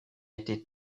été